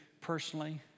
personally